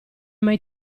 mai